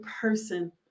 person